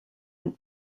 and